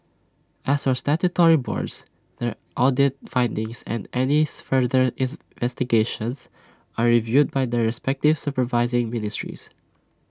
as for statutory boards their audit findings and anything further is investigations are reviewed by their respective supervising ministries